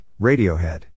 Radiohead